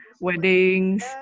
weddings